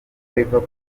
liverpool